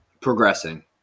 progressing